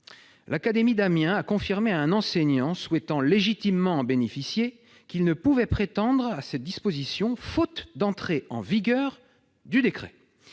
l'académie d'Amiens a confirmé à un enseignant souhaitant légitimement en bénéficier qu'il ne pouvait prétendre à cette disposition, faute d'entrée en vigueur du décret.